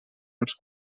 uns